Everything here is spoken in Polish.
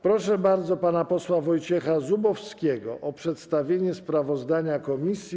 Proszę bardzo pana posła Wojciecha Zubowskiego o przedstawienie sprawozdania komisji.